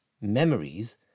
memories